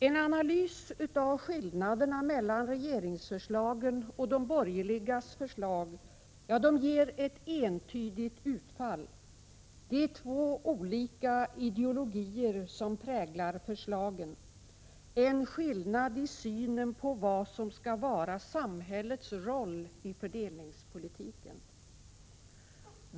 En analys av skillnaderna mellan regeringsförslagen och de borgerligas förslag ger ett entydigt utfall: det är två olika ideologier som präglar förslagen, en skillnad i synen på vad som skall vara samhällets roll i fördelningspolitiken.